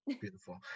Beautiful